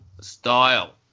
style